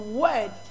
word